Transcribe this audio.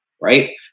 right